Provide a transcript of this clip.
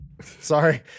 Sorry